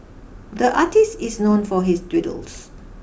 the artist is known for his doodles